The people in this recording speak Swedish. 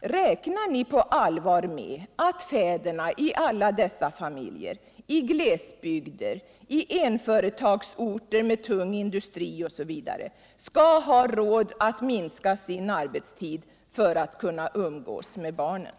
Räknar ni på allvar med att fåderna i dessa familjer - i glesbygder, i en företagsorter med tung industri, osv. — skall ha råd att minska sin arbetstid för att kunna umgås med barnen?